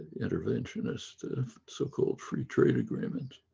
interventionist, so called free trade agreement.